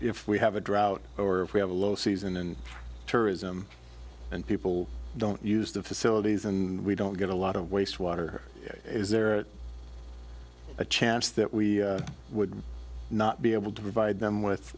if we have a drought or we have a low season and tourism and people don't use the facilities and we don't get a lot of waste water is there a chance that we would not be able to provide them with